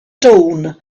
dawn